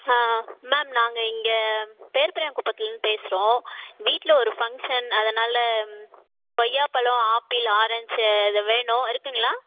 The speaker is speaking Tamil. மேம் நாங்கள் இங்கே பேர்பெரியான் குப்பத்துலேருந்து பேசுகிறோம் வீட்டில் ஒரு ஃபங்க்ஷன் அதனால் கொய்யாப்பழம் ஆப்பிள் ஆரஞ்சு இது வேணும் இருக்குதுங்களா